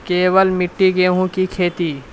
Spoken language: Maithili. केवल मिट्टी गेहूँ की खेती?